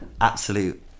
absolute